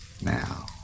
Now